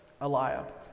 Eliab